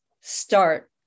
start